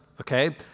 okay